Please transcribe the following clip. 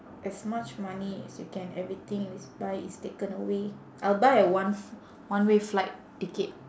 as much money as you can everything you buy is taken away I'll buy a one f~ one way flight ticket